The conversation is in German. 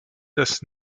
des